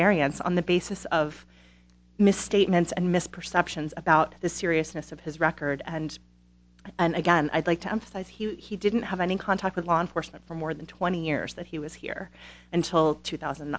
variance on the basis of misstatements and misperceptions about the seriousness of his record and again i'd like to emphasize he didn't have any contact with law enforcement for more than twenty years that he was here until two thousand